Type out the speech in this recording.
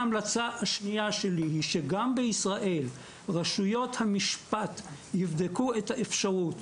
ההמלצה השנייה שלי היא שגם בישראל רשויות המשפט יבדקו את האפשרות